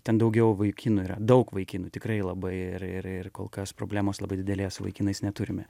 ten daugiau vaikinų yra daug vaikinų tikrai labai ir ir ir kol kas problemos labai didelės vaikinais neturime